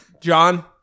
John